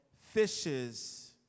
fishes